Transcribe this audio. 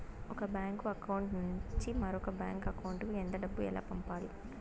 ఒక bank account నుంచి మరొక బ్యాంకు అకౌంట్ కు ఎంత డబ్బు ఎలా పంపాలి